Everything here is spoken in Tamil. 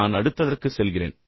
நான் அடுத்ததற்கு செல்கிறேன்